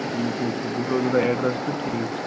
ٹھیٖک حظ چھُ بہٕ سوزہو تۄہہِ ایٚڈرَس تہٕ ٹھیٖک چھُ